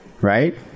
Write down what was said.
right